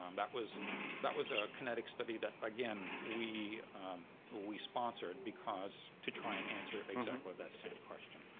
um that was that was a kinetic study that again, we ah we sponsored because to try and answer exactly that same question.